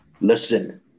Listen